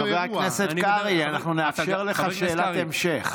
חבר הכנסת קרעי, אנחנו נאפשר לך שאלת המשך.